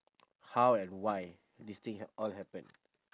how and why this thing hap~ all happen